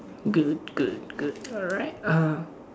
good good good alright uh